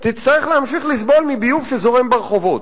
תצטרך להמשיך לסבול מביוב שזורם ברחובות.